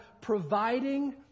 providing